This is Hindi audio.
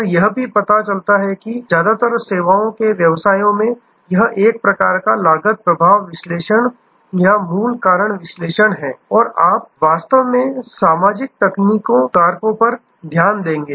और यह भी पता चलता है कि ज्यादातर सेवाओं के व्यवसायों में यह एक प्रकार का लागत प्रभाव विश्लेषण या मूल कारण विश्लेषण है आप वास्तव में सामाजिक तकनीकी कारकों पर ध्यान देंगे